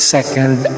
Second